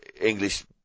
English